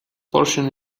portion